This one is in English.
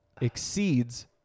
exceeds